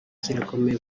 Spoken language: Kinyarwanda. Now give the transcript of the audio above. kirakomeye